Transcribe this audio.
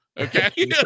Okay